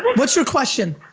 what's your question?